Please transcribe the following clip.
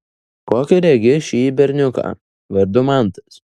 kokį regi šįjį berniuką vardu mantas